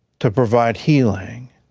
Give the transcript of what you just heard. to provide healing,